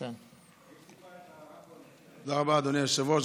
תודה רבה, אדוני היושב-ראש.